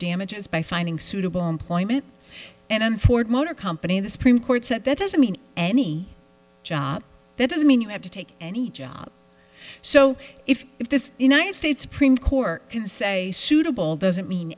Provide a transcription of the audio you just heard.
damages by finding suitable employment and enforcement or company the supreme court said that doesn't mean any job that doesn't mean you have to take any job so if if this united states supreme court can say suitable doesn't mean